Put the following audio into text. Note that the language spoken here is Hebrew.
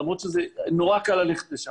למרות שנורא קל ללכת לשם.